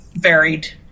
varied